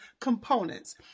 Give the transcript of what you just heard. components